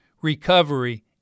Recovery